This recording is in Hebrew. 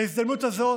בהזדמנות הזאת